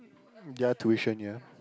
ya tuition ya